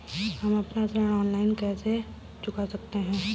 हम अपना ऋण ऑनलाइन कैसे चुका सकते हैं?